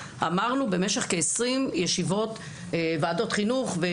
אמרנו במשך כ-20 ישיבות ועדות חינוך,